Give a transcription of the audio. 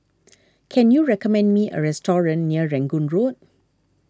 can you recommend me a restaurant near Rangoon Road